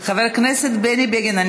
58 חברי כנסת בעד, אין מתנגדים, אחד נמנע.